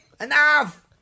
enough